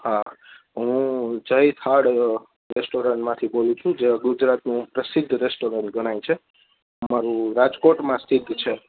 હા હું જય થાળ રેસ્ટોરન્ટમાંથી બોલું છું જે ગુજરાતનું પ્રસિદ્ધ રેસ્ટોરન્ટ ગણાય છે અમારું રાજકોટમાં સ્થિત છે